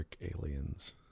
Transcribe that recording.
aliens